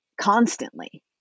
constantly